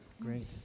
Great